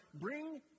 Bring